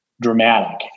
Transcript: dramatic